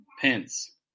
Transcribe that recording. Pence